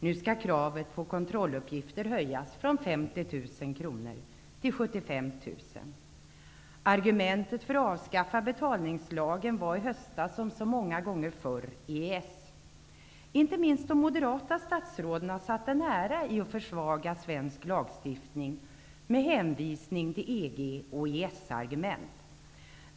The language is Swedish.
Nu skall beloppet när det gäller krav på att kontrolluppgift skall lämnas höjas från 50 000 Argumentet för att avskaffa betalningslagen var i höstas som så många gånger förr EES. Inte minst de moderata statsråden har satt en ära i att försvaga svensk lagstiftning med hänvisning till EG och EES-argument.